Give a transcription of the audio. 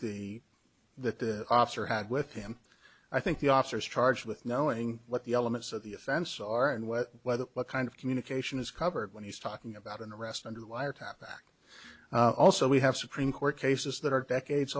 the that the officer had with him i think the officers charged with knowing what the elements of the offense are and what the what kind of communication is covered when he's talking about an arrest under a wiretap act also we have supreme court cases that are decades